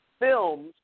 films